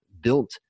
built